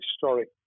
historic